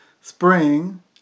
spring